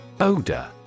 Odor